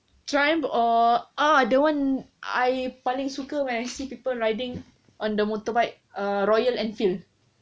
triumph or ah the one I paling suka when I see people riding on the motorbike uh royal enfield